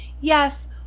Yes